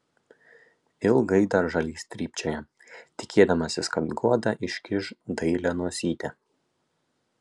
ilgai dar žalys trypčioja tikėdamasis kad guoda iškiš dailią nosytę